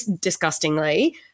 disgustingly